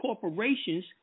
corporations